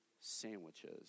sandwiches